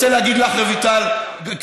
אני רוצה להגיד לך, דודי אמסלם,